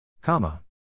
Comma